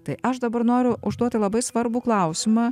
tai aš dabar noriu užduoti labai svarbų klausimą